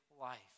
life